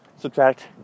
subtract